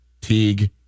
Teague